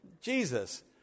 Jesus